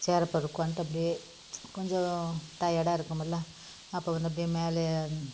சேர போட்டு உட்காந்ட்டு அப்டே கொஞ்சம் டயர்டாக இருக்குமில்ல அப்போ வந்து அப்படே மேலே